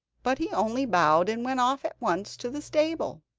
but he only bowed, and went off at once to the stable.